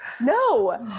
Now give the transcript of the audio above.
No